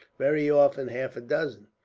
very often half a dozen.